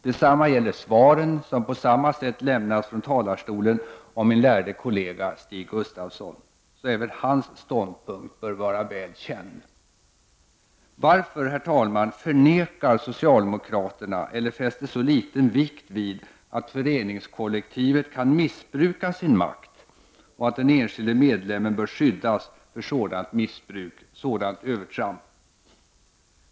Detsamma gäller svaren som på samma sätt lämnats från talarstolen av min lärde kollega Stig Gustafsson. Så även hans ståndpunkt bör vara väl känd. Varför, herr talman, förnekar socialdemokraterna eller fäster så liten vikt vid att föreningskollektivet kan missbruka sin makt och att den enskilde medlemmen bör skyddas för sådant missbruk, sådant övertramp?